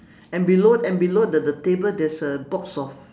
and below and below the the table there's a box of